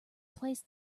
placed